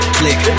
click